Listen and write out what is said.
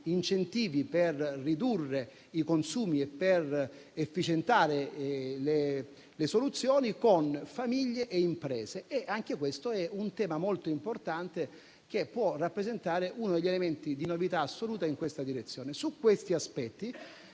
incentivi per ridurre i consumi ed efficientare le soluzioni per famiglie e imprese. Anche questo è un tema molto importante che può rappresentare uno degli elementi di novità assoluta in questa direzione. Su questi aspetti